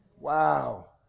Wow